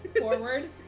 forward